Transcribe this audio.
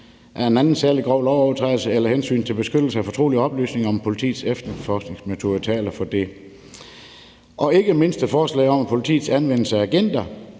af en anden særlig grov lovovertrædelse eller hensynet til beskyttelse af fortrolige oplysninger om politiets efterforskningsmetoder taler for det. Ikke mindst er der et forslag om politiets anvendelse af agenter